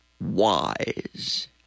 wise